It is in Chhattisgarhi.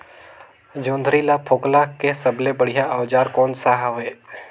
जोंदरी ला फोकला के सबले बढ़िया औजार कोन सा हवे?